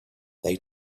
they